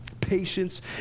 Patience